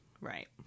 right